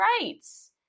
rights